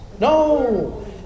No